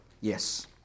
Yes